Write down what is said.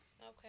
Okay